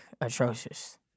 atrocious